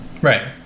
Right